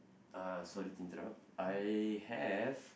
uh sorry to interrupt I have